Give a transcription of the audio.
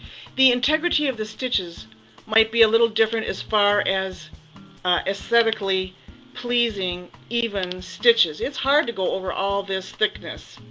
the integrity of the stitches might be a little different as far as aesthetically pleasing even stitches. it's hard to go over all this thickness